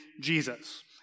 Jesus